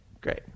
Great